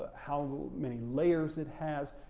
how many layers it has,